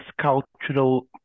cultural